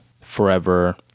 forever